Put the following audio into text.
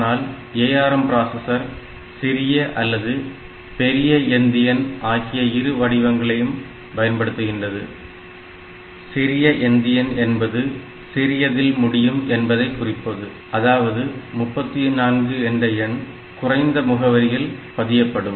ஆனால் ARM processor சிறிய அல்லது பெரிய எந்தியன் ஆகிய இரு வடிவங்களையும் பயன்படுத்துகின்றது சிறிய எந்தியன் என்பது சிறியதில் முடியும் என்பதை குறிப்பது அதாவது 34 என்ற எண் குறைந்த முகவரியில் பதியப்படும்